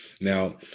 Now